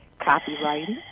copywriting